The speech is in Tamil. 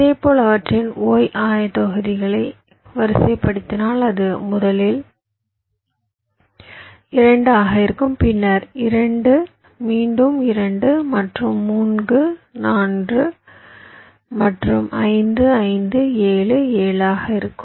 இதேபோல் அவற்றின் y ஆயத்தொகைகளால் வரிசைப்படுத்தினால் அது முதலில் 2 ஆக இருக்கும் பின்னர் 2 மீண்டும் 2 மற்றும் 3 4 மற்றும் 5 5 7 7 ஆகஇருக்கும்